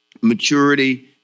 maturity